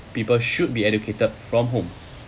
people should be educated from home